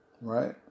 Right